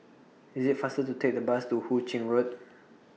IS IT faster to Take The Bus to Hu Ching Road